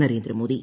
A Narendra Modi